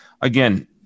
again